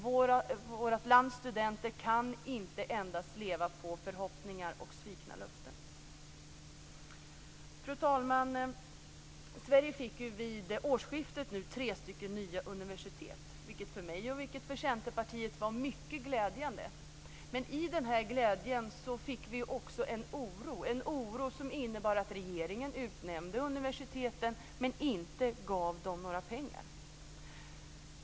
Vårt lands studenter kan inte leva på endast förhoppningar och svikna löften. Fru talman! Sverige fick ju vid årsskiftet nu tre nya universitet, vilket för mig och Centerpartiet var mycket glädjande. Men med denna glädje fick vi också en oro, en oro som kom sig av att regeringen utnämnde universiteten men inte gav dem några pengar.